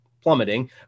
plummeting